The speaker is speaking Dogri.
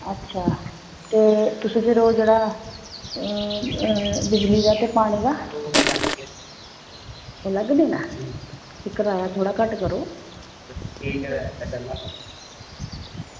अच्छा ते तुस फिर ओह् जेह्ड़ा बिजली ते पानी दा अलग देना ते कराया थोह्ड़ा घट्ट करो